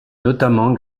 notamment